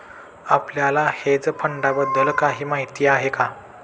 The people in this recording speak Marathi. आपल्याला हेज फंडांबद्दल काही माहित आहे का?